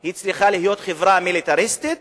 היא צריכה להיות חברה מיליטריסטית